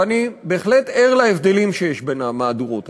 ואני בהחלט ער להבדלים בין המהדורות,